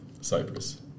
Cyprus